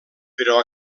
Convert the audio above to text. però